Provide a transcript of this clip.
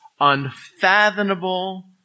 unfathomable